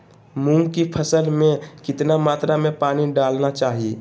मूंग की फसल में कितना मात्रा में पानी डालना चाहिए?